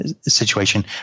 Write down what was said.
situation